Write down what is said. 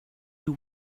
you